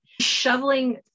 shoveling